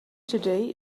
today